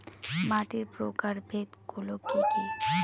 মাটির প্রকারভেদ গুলো কি কী?